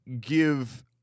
give